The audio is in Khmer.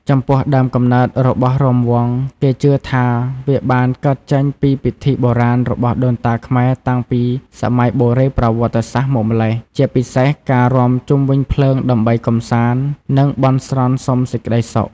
ចំពោះដើមកំណើតរបស់រាំវង់ គេជឿថាវាបានកើតចេញពីពិធីបុរាណរបស់ដូនតាខ្មែរតាំងពីសម័យបុរេប្រវត្តិសាស្ត្រមកម្ល៉េះ ជាពិសេសការរាំជុំវិញភ្លើងដើម្បីកម្សាន្ត និងបន់ស្រន់សុំសេចក្តីសុខ។